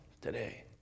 today